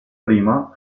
prima